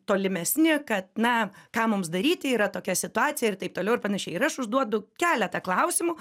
tolimesni kad na ką mums daryti yra tokia situacija ir taip toliau ir panašiai ir aš užduodu keletą klausimų